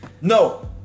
No